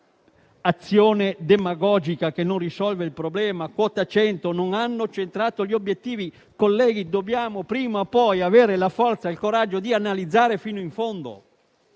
che un'azione demagogica che non risolve il problema, o quota 100 - che non hanno centrato gli obiettivi. Colleghi, prima o poi dovremo avere la forza ed il coraggio di analizzare fino in fondo